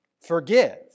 forgive